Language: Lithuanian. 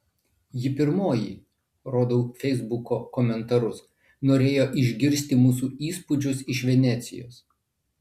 ji pirmoji rodau feisbuko komentarus norėjo išgirsti mūsų įspūdžius iš venecijos